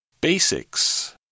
Basics